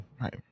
Right